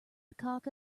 cock